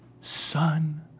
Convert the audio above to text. Son